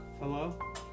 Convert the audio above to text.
Hello